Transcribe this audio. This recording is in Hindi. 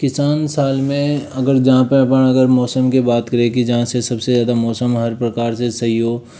किसान साल में अगर जहाँ पर अपन अगर मौसम की बात करें कि जहाँ से सबसे ज़्यादा मौसम हर प्रकार से सही हो